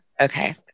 Okay